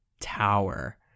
tower